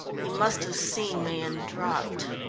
he must have seen me and dropped.